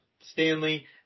Stanley